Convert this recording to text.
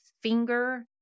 finger